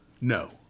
No